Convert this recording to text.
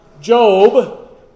Job